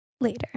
later